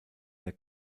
der